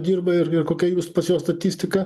dirba ir ir kokia jų pas juos statistika